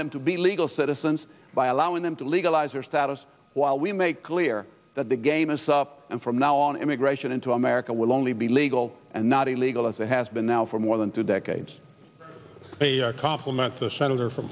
them to be legal citizens by allowing them to legalize their status while we make clear that the game is up and from now on immigration into america will only be legal and not illegal as it has been now for more than two decades compliments the senator from